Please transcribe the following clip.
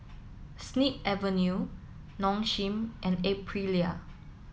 Snip Avenue Nong Shim and Aprilia